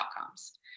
outcomes